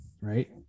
right